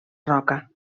roca